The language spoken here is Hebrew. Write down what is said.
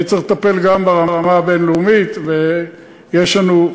צריך לטפל גם ברמה הבין-לאומית, ויש לנו,